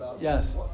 Yes